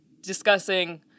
Discussing